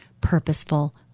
purposeful